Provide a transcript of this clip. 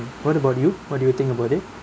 what about you what do you think about it